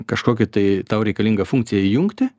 kažkokį tai tau reikalingą funkciją įjungti